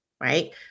right